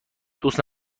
دوست